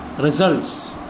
results